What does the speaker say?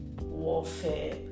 warfare